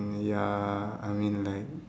ya I mean like